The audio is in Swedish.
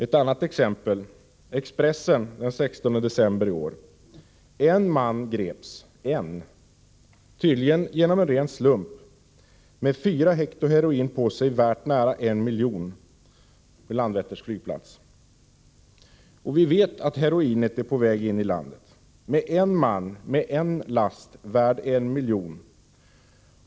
Ett annat exempel från Expressen den 16 december i år: En man grepsen —- vid Landvetters flygplats, tydligen genom ren slump, med 4 hg heroin på sig värt nära en miljon. Vi vet att heroinet är på väg in i landet med en man, med en last värd en miljon.